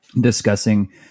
discussing